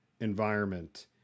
environment